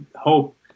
hope